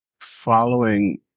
following